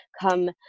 come